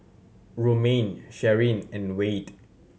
Romaine Sharyn and Wayde